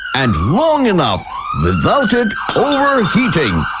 and long enough without it over heating.